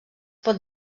pot